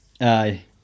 Aye